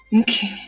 Okay